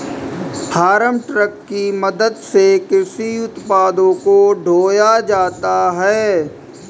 farm truck की मदद से कृषि उत्पादों को ढोया जाता है